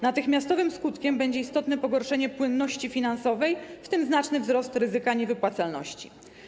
Natychmiastowym skutkiem będzie istotne pogorszenie płynności finansowej, w tym znaczny wzrost ryzyka niewypłacalności.